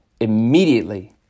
immediately